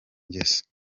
ngeso